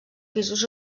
pisos